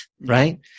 Right